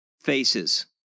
faces